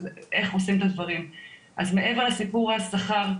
אז מעבר לסיפור השכר,